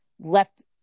left